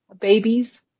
babies